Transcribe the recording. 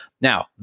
Now